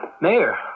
Mayor